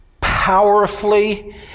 powerfully